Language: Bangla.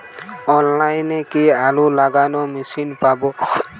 অনলাইনে কি আলু লাগানো মেশিন পাব?